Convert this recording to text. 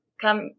Come